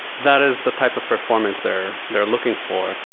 that is the type of performance they're they're looking for,